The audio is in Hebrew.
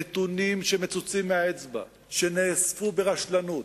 נתונים שמצוצים מהאצבע, שנאספו ברשלנות.